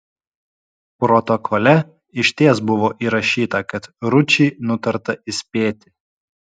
protokole išties buvo įrašyta kad ručį nutarta įspėti